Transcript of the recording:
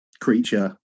creature